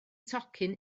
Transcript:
tocyn